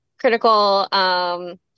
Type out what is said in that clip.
critical